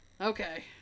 Okay